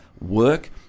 work